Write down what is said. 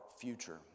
future